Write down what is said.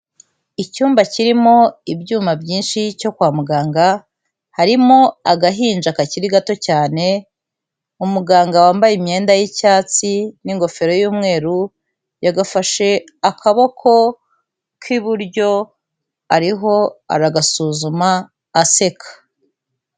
Icyumba kirimo ibyuma byinshi cyo kwa muganga, harimo agahinja kakiri gato cyane, umuganga wambaye imyenda y'icyatsi n'ingofero y'umweru, yagafashe akaboko k'iburyo ariho aragasuzuma, aseka.